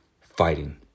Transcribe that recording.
fighting